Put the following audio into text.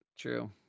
true